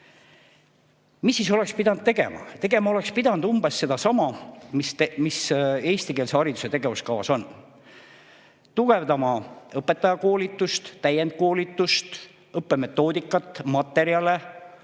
Mida siis oleks pidanud tegema? Tegema oleks pidanud umbes sedasama, mis on eestikeelse hariduse tegevuskavas: tugevdama õpetajakoolitust, täiendkoolitust, õppemetoodikat, materjale,